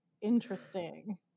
interesting